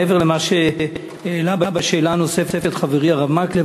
מעבר למה שהעלה בשאלה הנוספת חברי הרב מקלב,